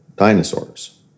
dinosaurs